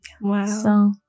Wow